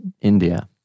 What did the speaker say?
India